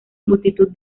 multitud